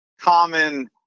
common